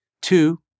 Two